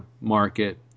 market